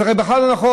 הרי זה בכלל לא נכון.